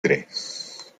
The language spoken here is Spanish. tres